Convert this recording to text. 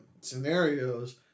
scenarios